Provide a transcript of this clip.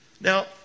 Now